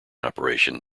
operation